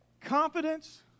Confidence